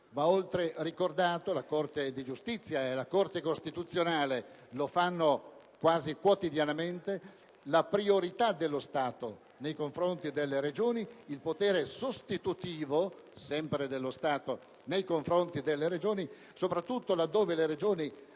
Va inoltre ricordata - la Corte di giustizia e la Corte costituzionale lo fanno quasi quotidianamente - la priorità dello Stato sulle Regioni ed il potere sostitutivo, sempre dello Stato, nei confronti delle Regioni; soprattutto laddove queste sono